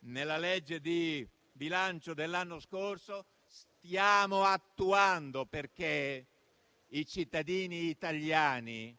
nella legge di bilancio dell'anno scorso, stiamo attuando. Questo perché i cittadini italiani,